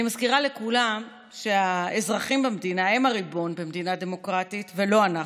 אני מזכירה לכולם שהאזרחים במדינה הם הריבון במדינה דמוקרטית ולא אנחנו.